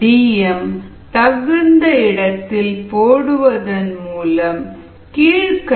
Dm தகுந்த இடத்தில் போடுவதன் மூலம் கீழ்க்கண்டவை கிடைக்கும்